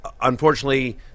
unfortunately